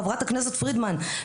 חברת הכנסת פרידמן,